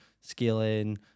scaling